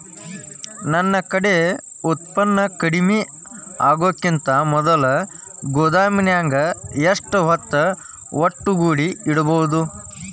ನನ್ ಕಡೆ ಉತ್ಪನ್ನ ಕಡಿಮಿ ಆಗುಕಿಂತ ಮೊದಲ ಗೋದಾಮಿನ್ಯಾಗ ಎಷ್ಟ ಹೊತ್ತ ಒಟ್ಟುಗೂಡಿ ಇಡ್ಬೋದು?